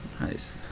Nice